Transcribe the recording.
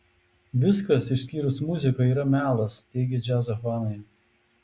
viskas išskyrus muziką yra melas teigia džiazo fanai